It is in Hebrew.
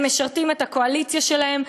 הם משרתים את הקואליציה שלהם,